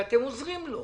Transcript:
שאתם עוזרים לו.